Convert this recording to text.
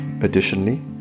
Additionally